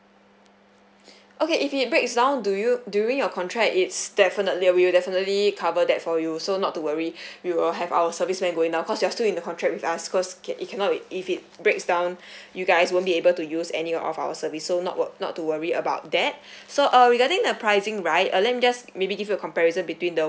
okay if it breaks down do you during your contract it's definitely we'll definitely cover that for you so not to worry we will have our service went going down cause you're still in the contract with us cause can it cannot like if it breaks down you guys won't be able to use any of our service so not wor~ not to worry about that so uh regarding the pricing right uh let me just maybe give you a comparison between the